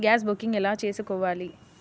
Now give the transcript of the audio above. Gas booking ఎలా చేసుకోవాలి?